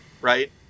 right